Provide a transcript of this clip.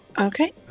Okay